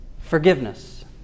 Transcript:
forgiveness